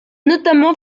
notamment